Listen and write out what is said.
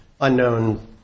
unknown